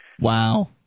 Wow